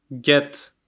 get